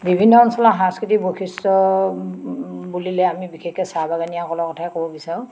বিভিন্ন অঞ্চলৰ সাংস্কৃতিক বৈশিষ্ট্য বুলিলে আমি বিশেষকে চাহ বাগানীয়াসকলৰ কথাই ক'ব বিচাৰোঁ